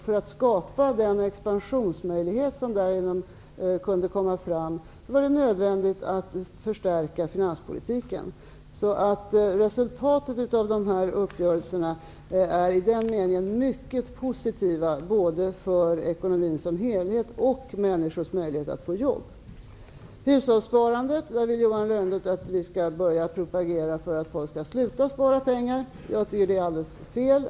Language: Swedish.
För att skapa den expansionsmöjlighet som därigenom kunde komma fram var det nödvändigt att förstärka finanspolitiken. Resultatet av dessa uppgörelser är i den meningen mycket positiva både för ekonomin som helhet och för människors möjlighet att få jobb. När det gäller hushållssparandet vill Johan Lönnroth att vi skall börja propagera för att folk skall sluta spara pengar. Jag tycker att det är alldeles fel.